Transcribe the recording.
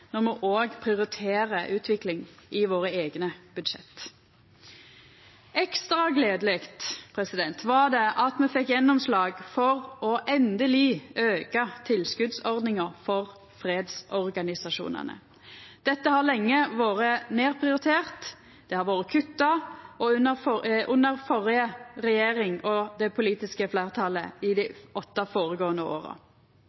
når me òg prioriterer utvikling i våre eigne budsjett. Ekstra gledeleg var det at me fekk gjennomslag for endeleg å auka tilskotsordninga for fredsorganisasjonane. Dette har lenge vore nedprioritert. Det har vore kutta under førre regjering og det politiske fleirtalet